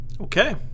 Okay